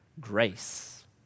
grace